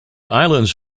islands